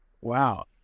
wow